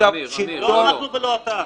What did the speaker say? לא אנחנו ולא אתה.